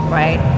right